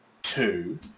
two